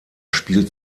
spielt